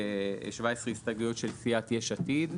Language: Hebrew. יש 17 הסתייגויות של סיעת יש עתיד.